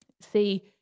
See